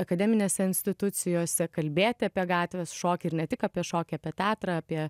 akademinėse institucijose kalbėti apie gatvės šokį ir ne tik apie šokį apie teatrą apie